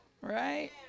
right